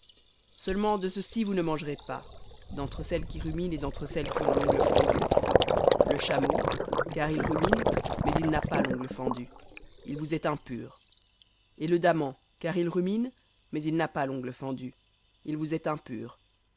seulement de ceci vous ne mangerez pas d'entre celles qui ruminent et d'entre celles qui ont l'ongle fendu le chameau car il rumine mais il n'a pas l'ongle fendu il vous est impur et le daman car il rumine mais il n'a pas l'ongle fendu il vous est impur